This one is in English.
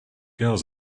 girls